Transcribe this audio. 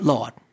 Lord